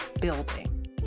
building